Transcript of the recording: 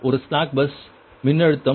ஒரு slack bus மின்னழுத்தம் அதே 1